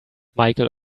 michael